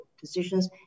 decisions